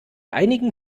einigen